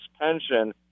pension